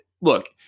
look